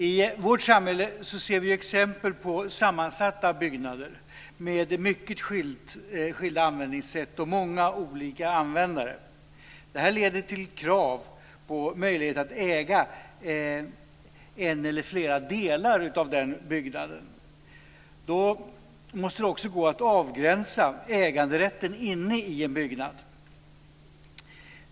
I vårt samhälle ser vi exempel på sammansatta byggnader med mycket skilda användningssätt och med många olika användare. Det här leder till krav på möjlighet att äga en eller flera delar av byggnaden. Då måste det också gå att avgränsa äganderätten inne i en byggnad.